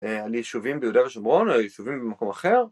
יישובים ביהודה ושומרון או יישובים במקום אחר